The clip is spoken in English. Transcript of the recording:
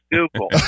Google